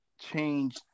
Change